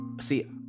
See